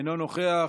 אינו נוכח,